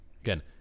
again